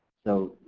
so,